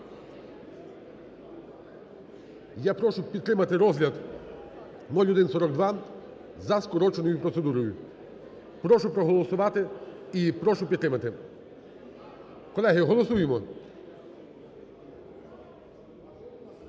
я прошу підтримати розгляд 0142 за скороченою процедурою. Прошу проголосувати і прошу підтримати. Колеги, голосуємо.